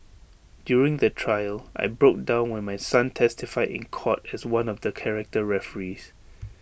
during the trial I broke down when my son testified in court as one of the character referees